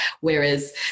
whereas